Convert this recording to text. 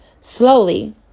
Slowly